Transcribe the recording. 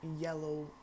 yellow